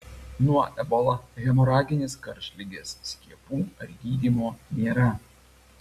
nuo ebola hemoraginės karštligės skiepų ar gydymo nėra